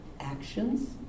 actions